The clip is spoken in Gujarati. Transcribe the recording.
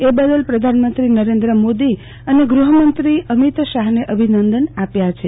એ બદલ પ્રધાનમંત્રી નરેન્દ મોદી અને ગૂહમંત્રી અમિત શાહ ને અભિનંદન આપ્યા છે